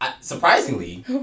Surprisingly